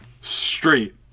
Straight